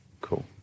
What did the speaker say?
cool